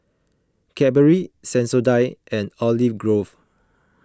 Cadbury Sensodyne and Olive Grove